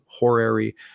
Horary